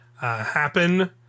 happen